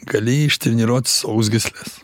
gali ištreniruot sausgysles